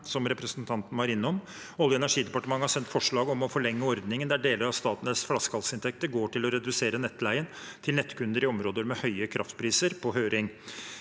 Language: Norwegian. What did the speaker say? som representanten var innom. Olje- og energidepartementet har sendt på høring forslag om å forlenge ordningen der deler av Statnetts flaskehalsinntekter går til å redusere nettleien til nettkunder i områder med høye kraftpriser.